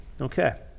okay